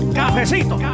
cafecito